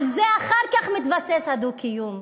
על זה אחר כך מתבסס הדו-קיום,